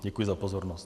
Děkuji za pozornost.